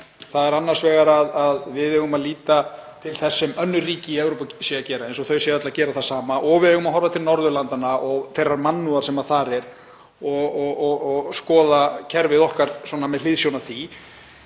sagt, annars vegar að við eigum að líta til þess sem önnur ríki í Evrópu séu að gera, eins og þau séu öll að gera það sama, og hins vegar að við eigum að horfa til Norðurlandanna og þeirrar mannúðar sem þar er og skoða kerfið okkar með hliðsjón af því.